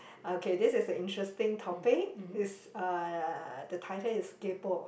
okay this is an interesting topic it's uh the title is kaypo